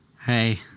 Hey